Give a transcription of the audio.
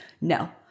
No